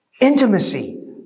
Intimacy